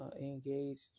engaged